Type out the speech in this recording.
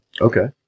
Okay